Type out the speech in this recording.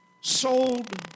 sold